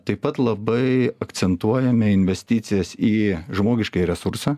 taip pat labai akcentuojame investicijas į žmogiškąjį resursą